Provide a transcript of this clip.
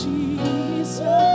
Jesus